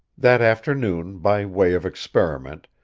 that afternoon, by way of experiment,